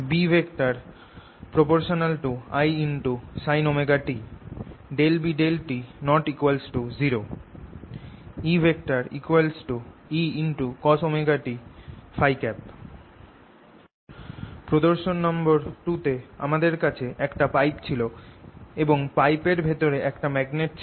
B∝Isinωt B∂t≠0 E Ecosωt Փ প্রদর্শন নম্বর 2 - আমাদের কাছে একটা পাইপ ছিল এবং পাইপ এর ভেতরে একটা ম্যাগনেট ছিল